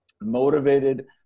motivated